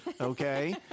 Okay